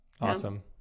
Awesome